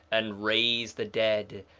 and raise the dead,